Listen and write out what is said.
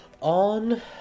on